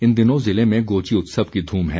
इन दिनों ज़िले में गोची उत्सव की धूम है